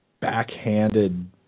backhanded